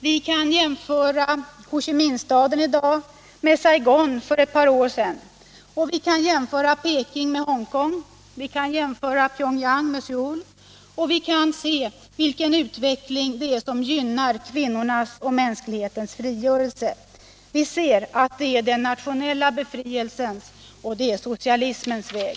Vi kan jämföra Ho Chi Minh-staden i dag med Saigon för ett par år sedan, vi kan jämföra Peking med Hongkong, vi kan jämföra Pyong-yang med Söul, och vi ser vilken utveckling som gynnar kvinnornas och mänsklighetens frigörelse. Vi ser att det är den nationella befrielsens och socialismens väg.